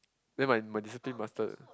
never mind my discipline mastered